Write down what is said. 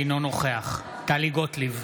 אינו נוכח טלי גוטליב,